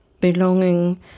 belonging